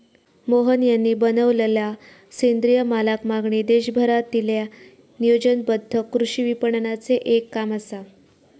मोहन यांनी बनवलेलला सेंद्रिय मालाक मागणी देशभरातील्या नियोजनबद्ध कृषी विपणनाचे एक काम असा